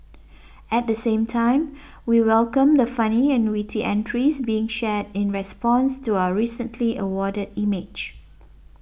at the same time we welcome the funny and witty entries being shared in response to our recently awarded image